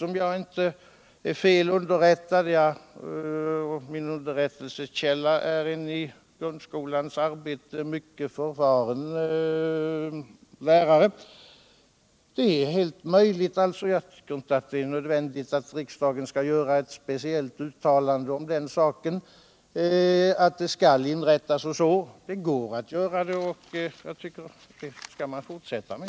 Om jag inte är felunderrättad - min underrättelsekälla är en i grundskolans arbete mycket förfaren läraro — är dotta heh möjligt. Jag tycker inte att det är nödvändigt att riksdagen gör ett speciellt uttalande om inrättande av klassråd. Det går att ordna saken ändå. och det tycker jag man skall fortsätta med.